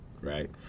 right